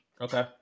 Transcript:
Okay